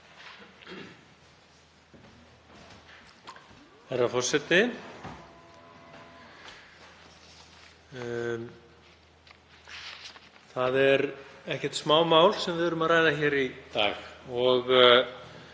Það er ekkert smámál sem við erum að ræða hér í dag